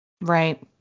Right